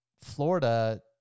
Florida